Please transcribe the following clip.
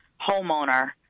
homeowner